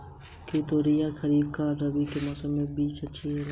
क्या तोरियां खरीफ और रबी के मौसम के बीच में अच्छी उगती हैं?